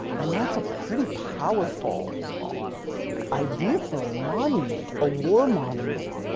and that's a pretty powerful idea for a monument, a war monument,